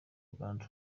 bwana